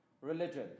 religion